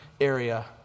area